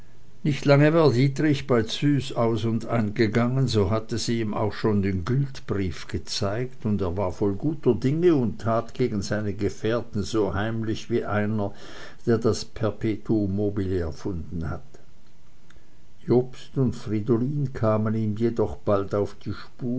nicht lange war dietrich bei züs aus und ein gegangen so hatte sie ihm auch schon den gültbrief gezeigt und er war voll guter dinge und tat gegen seine gefährten so heimlich wie einer der das perpetuum mobile erfunden hat jobst und fridolin kamen ihm jedoch bald auf die